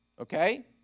okay